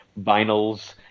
vinyls